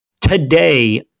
Today